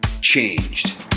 Changed